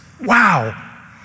Wow